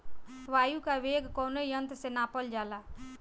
वायु क वेग कवने यंत्र से नापल जाला?